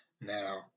now